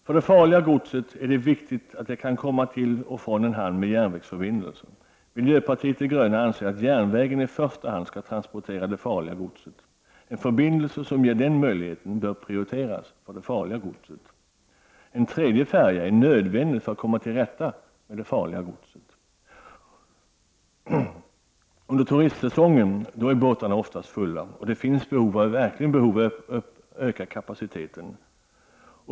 För det farliga godset är det viktigt att det kan komma till och från en hamn med järnvägsförbindelser. Miljöpartiet de gröna anser att järnvägen i första hand skall transportera det farliga godset. En förbindelse som ger den möjligheter bör prioriteras. En tredje färja är nödvändig för att man skall komma till rätta med det farliga godset. Under turistsäsongen är båtarna oftast fulla, och det finns verkligen ett behov att öka kapaciteten.